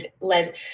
led